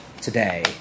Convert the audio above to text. today